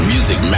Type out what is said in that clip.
Music